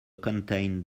contained